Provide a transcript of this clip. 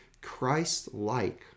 christ-like